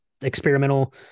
experimental